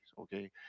okay